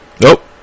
Nope